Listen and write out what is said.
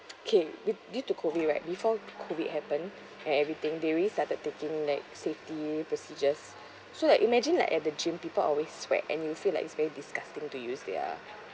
okay due to COVID right before COVID happen and everything they already started taking like safety procedures so like imagine like at the gym people always sweat and you feel like it's very disgusting to use their